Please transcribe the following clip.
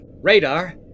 Radar